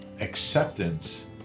acceptance